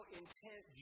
intent